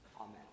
Amen